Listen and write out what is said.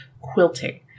quilting